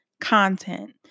content